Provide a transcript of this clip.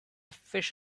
fish